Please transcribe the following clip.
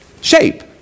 shape